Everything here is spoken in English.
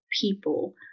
people